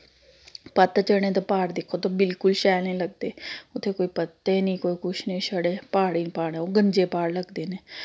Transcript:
पत्तझड़ें दे प्हाड़ दिक्खो ते बिल्कुल शैल निं लगदे उत्थै कोई पत्ते निं कोई किश निं छड़े प्हाड़ गै प्हाड़ ऐ ओह् गंजे प्हाड़ लगदे न